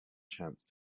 chance